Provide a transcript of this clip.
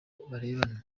barebana